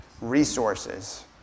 resources